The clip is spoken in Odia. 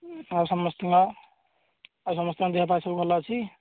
ଆଉ ସମସ୍ତଙ୍କ ଆଉ ସମସ୍ତଙ୍କ ଦେହପା ସବୁ ଭଲ ଅଛି